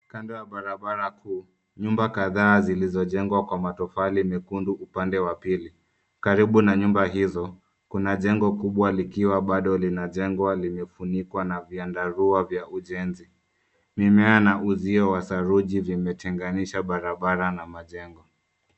Kando ya barabara kuu nyumba kadhaa zilizo jengwa kwa matofali mekundu upande wa pili. Karibu na nyumba hizo, kuna jengo likiwa bado lina jengwa limefunikwa na vyandarua vya ujenzi. Mimea na uzio wa saruji vimetenganisha barabara na majengo.